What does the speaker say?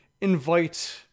invite